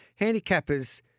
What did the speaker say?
Handicappers